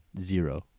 Zero